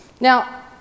Now